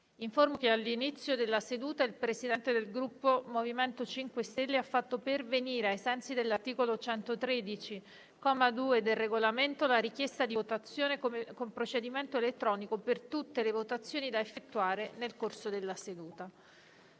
che all'inizio della seduta il Presidente del Gruppo MoVimento 5 Stelleha fatto pervenire, ai sensi dell'articolo 113, comma 2, del Regolamento, la richiesta di votazione con procedimento elettronico per tutte le votazioni da effettuare nel corso della seduta.